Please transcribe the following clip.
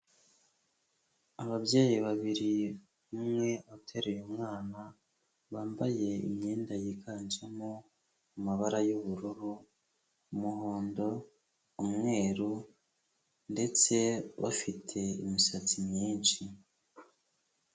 Ababyeyi babiri umwe ateruye umwana, bambaye imyenda yiganjemo amabara y'ubururu, umuhondo, umweru ndetse bafite imisatsi myinshi.